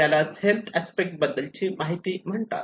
यालाच हेल्थ बद्दल माहिती म्हणतात